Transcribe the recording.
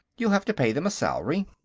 you'll have to pay them a salary.